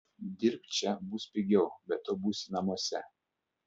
dirbk čia bus pigiau be to būsi namuose